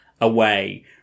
away